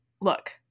look